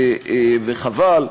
וחבל.